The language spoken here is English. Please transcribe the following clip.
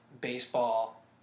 baseball